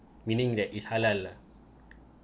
meaning that is halal